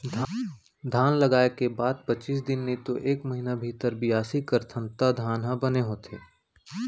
धान लगाय के बाद पचीस दिन नइतो एक महिना भीतर बियासी करथन त धान बने होथे